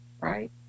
Right